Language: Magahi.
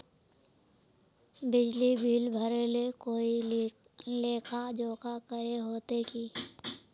बिजली बिल भरे ले कोई लेखा जोखा करे होते की?